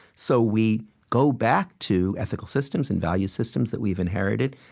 so we go back to ethical systems and value systems that we've inherited,